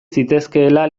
zitezkeela